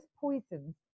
poisons